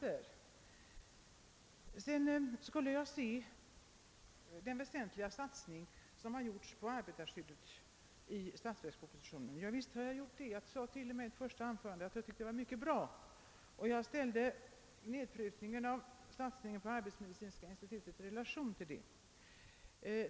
Statsrådet uppmanade mig att se på den väsentliga satsning som gjorts på arbetarskyddet i statsverkspropositionen. Visst har jag gjort det. Jag sade t.o.m. i mitt första anföranade att jag tyckte det var mycket bra, och jag ställde nedprutningen av det av arbetsmedicinska institutet begärda anslaget i relation till detta.